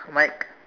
Mike